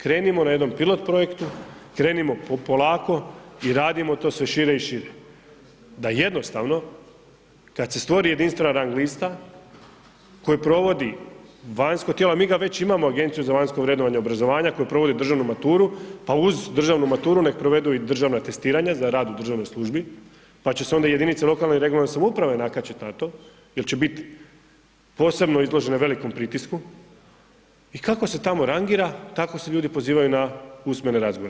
Krenimo na jednom pilot projektu, krenimo polako i radimo to sve šire i šire da jednostavno kada se stvori jedinstvena rang lista koje provodi vanjsko tijelo, a mi ga već imamo Agenciju za vanjsko vrednovanje obrazovanja koje provodi državnu maturu, pa uz državnu maturu nek provedu i državna testiranja za rad u državnoj službi pa će se onda jedinice lokalne i regionalne samouprave nakačit na to jel će biti posebno izložene velikom pritisku i kako se tamo rangira tako se ljudi pozivaju na usmene razgovore.